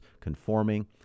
conforming